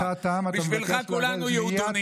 בשבילך כולנו יהודונים.